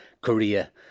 Korea